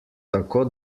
tako